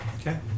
Okay